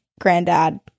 granddad